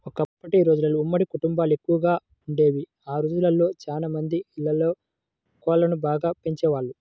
ఒకప్పటి రోజుల్లో ఉమ్మడి కుటుంబాలెక్కువగా వుండేవి, ఆ రోజుల్లో చానా మంది ఇళ్ళల్లో కోళ్ళను బాగా పెంచేవాళ్ళు